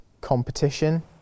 competition